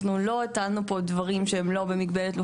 אנחנו לא הטלנו פה דברים שהם לא במגבלת לוחות זמנים סבירים.